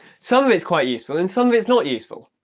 some of it's quite useful, and some of it's not useful!